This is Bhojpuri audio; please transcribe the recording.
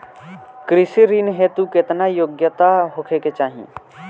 कृषि ऋण हेतू केतना योग्यता होखे के चाहीं?